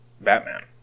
Batman